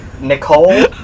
Nicole